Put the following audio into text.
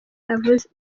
yavuze